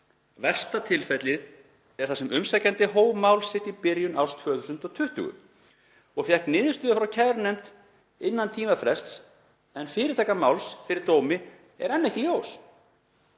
versta tilfellið er þar sem umsækjandi hóf mál sitt í byrjun árs 2020 og fékk niðurstöðu frá kærunefnd innan tímafrests en fyrirtaka máls fyrir dómi er enn ekki ljós.